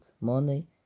money